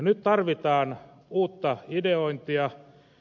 nyt tarvitaan uutta ideointia